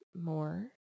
more